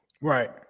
right